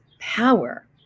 power